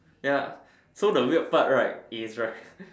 ya so the weird part right is right